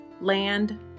land